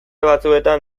batzuetan